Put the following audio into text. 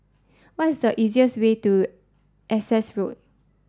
what is the easiest way to Essex Road